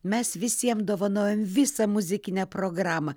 mes visiem dovanojam visą muzikinę programą